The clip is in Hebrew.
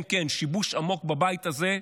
כן, כן, שיבוש עמוק בבית הזה,